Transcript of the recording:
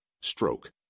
Stroke